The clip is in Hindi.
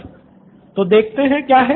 प्रोफेसर तो देखते हैं क्या है